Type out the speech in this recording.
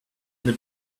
many